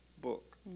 book